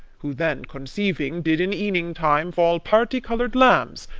who, then conceiving, did in eaning time fall parti-colour'd lambs,